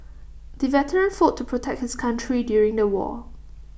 the veteran fought to protect his country during the war